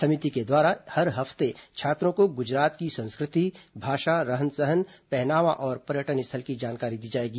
समिति के द्वारा हर हफ्ते छात्रों को गुजरात की संस्कृति भाषा रहन सहन पहनावा और पर्यटन स्थल की जानकारी दी जाएगी